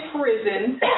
prison